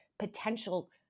potential